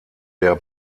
der